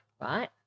right